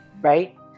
right